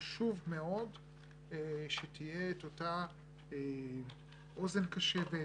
חשוב מאוד שתהיינה את אותה אוזן קשבת,